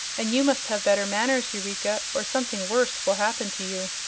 and you must have better manners, eureka, or something worse will happen to you.